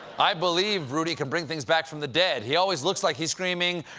i believe rudy can bring things back from the dead. he always looks like he's screaming,